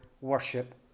worship